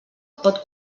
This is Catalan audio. pot